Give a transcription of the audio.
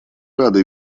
рады